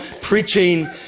preaching